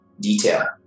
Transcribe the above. detail